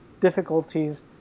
difficulties